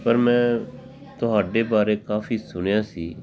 ਪਰ ਮੈਂ ਤੁਹਾਡੇ ਬਾਰੇ ਕਾਫੀ ਸੁਣਿਆ ਸੀ